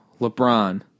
LeBron